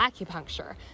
acupuncture